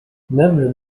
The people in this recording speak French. noble